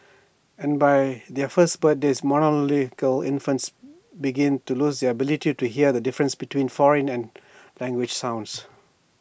and by their first birthdays monolingual infants begin to lose their ability to hear the differences between foreign and language sounds